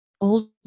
old